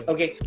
Okay